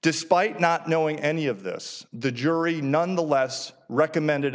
despite not knowing any of this the jury nonetheless recommended a